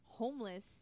homeless